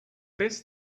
best